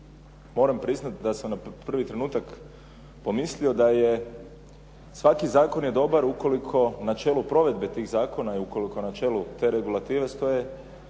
moram priznati da sam na prvi trenutak pomislio da svaki zakon je dobar ukoliko na čelu provedbe tih zakona i ukoliko na čelu te regulative stoje